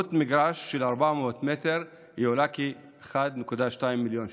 עלות מגרש של 400 מטר היא כ-1.2 מיליון שקל.